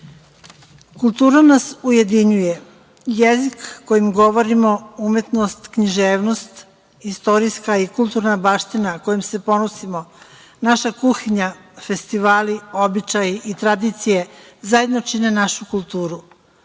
Kultura nas ujedinjuje. Jezik kojim govorimo, umetnost, književnost, istorijska i kulturna baština kojom se ponosimo, naša kuhinja, festivali, običaji i tradicije, zajedno čine našu kulturu.